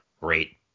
great